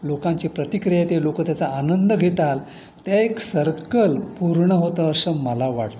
लोकांची प्रतिक्रिया ते लोक त्याचा आनंद घेताल ते एक सर्कल पूर्ण होतं असं मला वाटतं